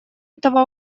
этого